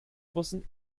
bussen